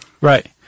Right